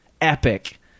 epic